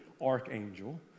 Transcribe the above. archangel